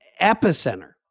epicenter